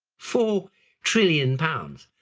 four trillion pounds.